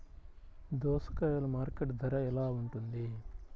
దోసకాయలు మార్కెట్ ధర ఎలా ఉంటుంది?